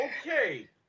Okay